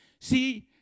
See